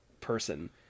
person